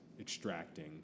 extracting